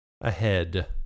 ahead